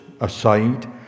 aside